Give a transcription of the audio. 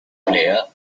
player